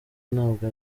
ntabwo